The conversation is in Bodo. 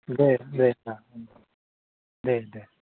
दे दे होनबा दे दे